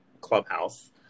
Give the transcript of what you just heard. Clubhouse